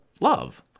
love